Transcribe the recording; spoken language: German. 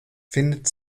findet